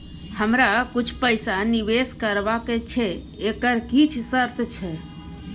हमरा कुछ पैसा निवेश करबा छै एकर किछ शर्त छै?